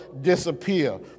disappear